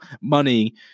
money